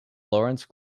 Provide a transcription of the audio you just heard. lawrence